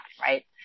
right